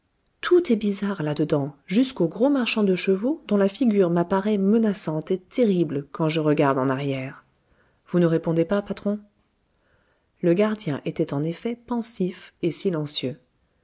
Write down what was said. tout est bizarre là-dedans jusqu'au gros marchand de chevaux dont la figure m'apparaît menaçante et terrible quand je regarde en arrière vous ne répondez pas patron le gardien était en effet pensif et silencieux